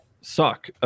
suck